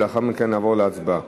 ולאחר מכן נעבור להצבעה.